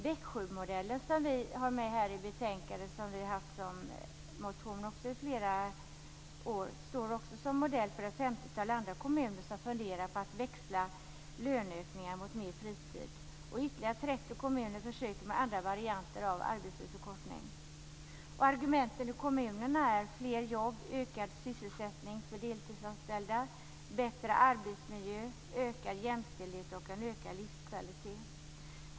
Vi har i flera år haft med Växjömodellen i våra motioner, och den står som modell för ett femtiotal andra kommuner som funderar på att växla löneökningar mot mer fritid. Ytterligare 30 kommuner försöker med andra varianter av arbetstidsförkortning. Argumenten i kommunerna är fler jobb, ökad sysselsättning för deltidsanställda, bättre arbetsmiljö, ökad jämställdhet och ökad livskvalitet.